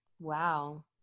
Wow